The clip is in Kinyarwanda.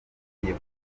ugiye